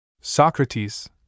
Socrates